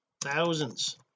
thousands